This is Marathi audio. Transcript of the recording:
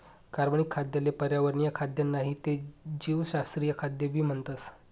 कार्बनिक खाद्य ले पर्यावरणीय खाद्य नाही ते जीवशास्त्रीय खाद्य भी म्हणतस